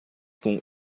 com